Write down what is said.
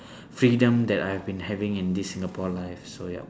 freedom that I have been having in this singapore life so ya